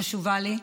חשובה לי.